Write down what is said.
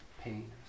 pain